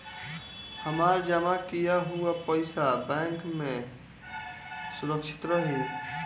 हमार जमा किया हुआ पईसा बैंक में सुरक्षित रहीं?